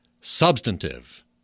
substantive